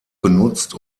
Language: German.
genutzt